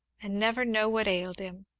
and never know what ailed him.